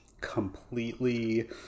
completely